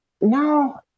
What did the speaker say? no